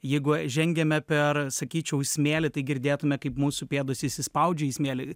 jeigu žengiame per sakyčiau smėlį tai girdėtume kaip mūsų pėdos įsispaudžia į smėlį